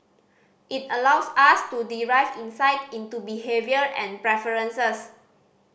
it allows us to derive insight into behaviour and preferences